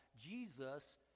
Jesus